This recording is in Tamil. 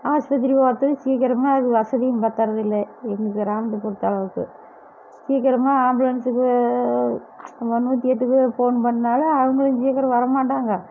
ஹாஸ்பத்திரி போகிறதுக்கு சீக்கரமாக வசதியும் பத்தரதில்லை எங்கள் கிராமத்தை பொறுத்த அளவுக்கு சீக்கரமாக ஆம்புலன்ஸுக்கு நூற்றி எட்டுக்கு போன் பண்ணாலும் அவங்களும் சீக்கிரம் வரமாட்டாங்க